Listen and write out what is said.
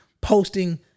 posting